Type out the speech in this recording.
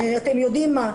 אתם יודעים מה,